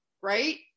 right